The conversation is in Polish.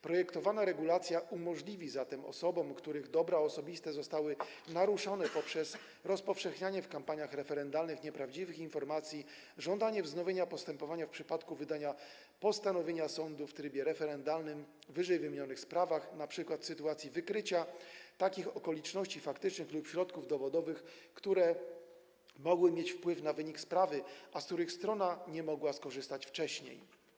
Projektowana regulacja umożliwi osobom, których dobra osobiste zostały naruszone poprzez rozpowszechnianie w kampaniach referendalnych nieprawdziwych informacji, żądanie wznowienia postępowania w przypadku wydania postanowienia sądu w trybie referendalnym w ww. sprawach, np. w sytuacji wykrycia takich okoliczności faktycznych lub środków dowodowych, które mogłyby mieć wpływ na wynik sprawy, a z których strona nie mogła skorzystać wcześniej.